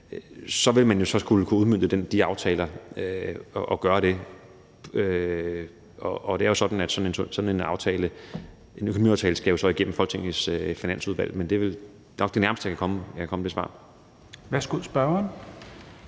så vil man skulle kunne udmønte de aftaler og gøre det. Og det er jo så sådan, at sådan en økonomiaftale skal igennem Folketingets Finansudvalg. Men det er jo nok det nærmeste, jeg kan komme det svar. Kl. 10:54 Fjerde